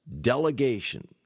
delegation